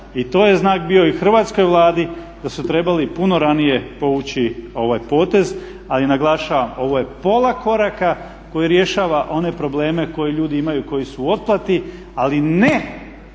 i to je znak bio i Hrvatskoj Vladi da su trebali puno ranije povući ovaj potez. Ali naglašavam, ovo je pola koraka koji rješava one probleme koje ljudi imaju koji su u otplati, ali ne